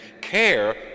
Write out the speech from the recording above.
care